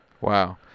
Wow